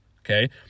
Okay